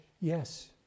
Yes